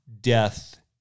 death